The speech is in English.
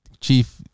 Chief